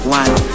one